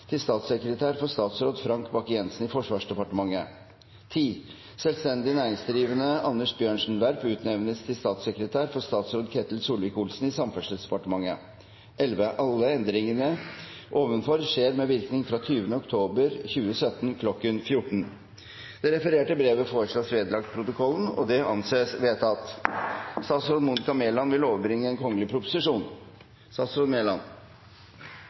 til statssekretær for statsråd Frank Bakke-Jensen i Forsvarsdepartementet. Selvstendig næringsdrivende Anders Bjørnsen Werp utnevnes til statssekretær for statsråd Ketil Solvik-Olsen i Samferdselsdepartementet. Alle endringene ovenfor skjer med virkning fra 20. oktober 2017 kl. 1400.» Det refererte brevet foreslås vedlagt protokollen. – Det anses vedtatt. Representanten Karin Andersen vil